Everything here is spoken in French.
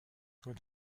doit